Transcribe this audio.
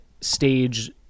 stage